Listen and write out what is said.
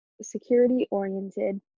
security-oriented